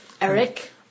Eric